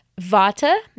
Vata